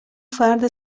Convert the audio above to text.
فرد